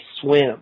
swim